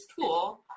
tool